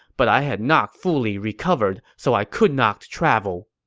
but i had not fully recovered, so i could not travel.